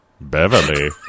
Beverly